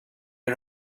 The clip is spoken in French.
est